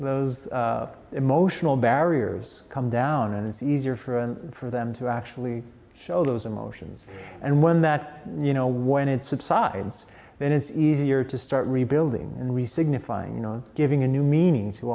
those emotional barriers come down and it's easier for and for them to actually show those emotions and when that you know when it subsides then it's easier to start rebuilding and we signify you know giving a new meaning to